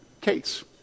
case